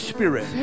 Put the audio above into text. Spirit